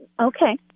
Okay